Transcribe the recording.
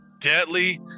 deadly